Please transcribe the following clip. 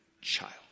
child